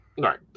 Right